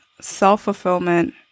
self-fulfillment